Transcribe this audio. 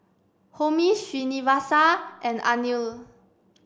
Homi Srinivasa and Anil